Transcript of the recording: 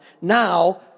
Now